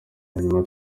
hanyuma